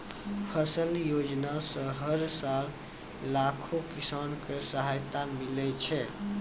फसल योजना सॅ हर साल लाखों किसान कॅ सहायता मिलै छै